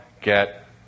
get